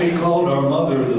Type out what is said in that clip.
our mother.